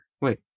Wait